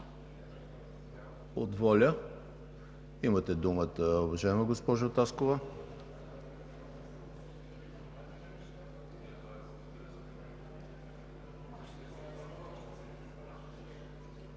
От ВОЛЯ. Имате думата, уважаема госпожо Таскова.